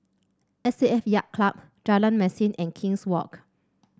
S A F Yacht Club Jalan Mesin and King's Walk